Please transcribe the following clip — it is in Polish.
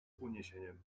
uniesieniem